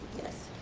yes.